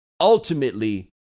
ultimately